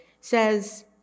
says